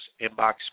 inbox